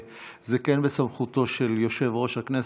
וזה כן בסמכותו של יושב-ראש הכנסת.